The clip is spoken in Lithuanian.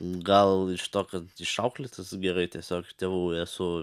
gal iš tokio išauklėtas gerai tiesiog tėvų esu